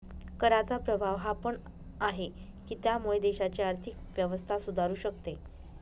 कराचा प्रभाव हा पण आहे, की त्यामुळे देशाची आर्थिक व्यवस्था सुधारू शकते